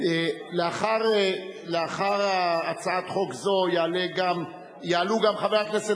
לאחר הצעת חוק זו יעלו גם חבר הכנסת